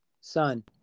Son